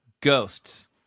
Ghosts